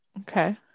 Okay